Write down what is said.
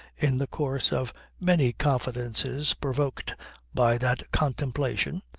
in the course of many confidences provoked by that contemplation,